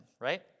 right